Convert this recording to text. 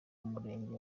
w’umurenge